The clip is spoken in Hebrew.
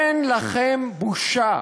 אין לכם בושה,